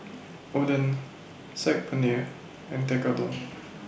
Oden Saag Paneer and Tekkadon